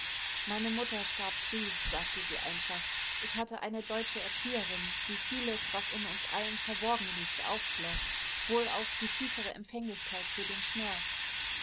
meine mutter starb früh sagte sie einfach ich hatte eine deutsche erzieherin die vieles das in uns allen verborgen liegt aufschloß wohl auch die tiefere empfänglichkeit für den schmerz